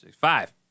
five